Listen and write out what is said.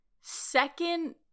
second